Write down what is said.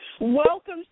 Welcome